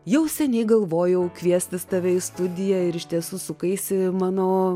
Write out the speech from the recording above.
jau seniai galvojau kviestis tave į studiją ir iš tiesų sukaisi mano